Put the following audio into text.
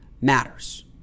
matters